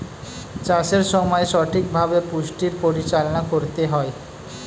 চাষের সময় সঠিকভাবে পুষ্টির পরিচালনা করতে হয়